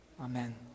Amen